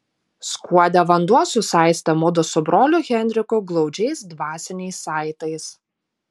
skuode vanduo susaistė mudu su broliu henriku glaudžiais dvasiniais saitais